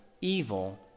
evil